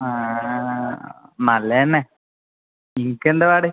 നല്ല തന്നെ ഇനിക്ക് എന്താ പാട്